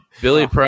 Billy